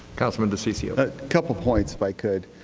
councilman diciccio a couple points if i could.